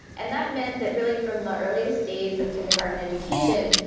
and that meant that really from the earliest days of kindergarten education,